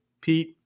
Pete